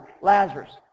Lazarus